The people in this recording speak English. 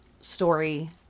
story